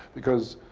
because